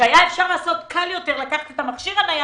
היה קל יותר לקחת את המכשיר הנייד,